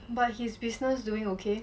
but his business doing okay